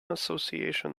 association